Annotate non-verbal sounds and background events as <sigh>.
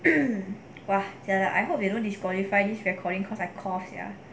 <noise> !wah! I hope they don't disqualify this recording cause I cough sia